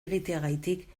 egiteagatik